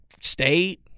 State